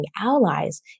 allies